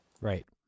Right